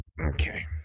Okay